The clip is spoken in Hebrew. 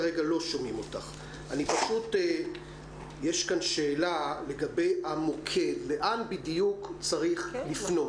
יש כאן שאלה לגבי המוקד, לאן בדיוק צריך לפנות?